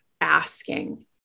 asking